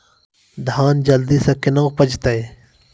धान जल्दी से के ना उपज तो?